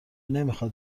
نمیخواد